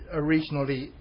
originally